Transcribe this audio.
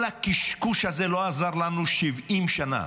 כל הקשקוש הזה לא עזר לנו 70 שנה.